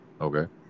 Okay